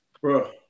bro